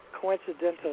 coincidental